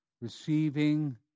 receiving